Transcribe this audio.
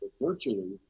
virtually